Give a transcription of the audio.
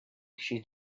she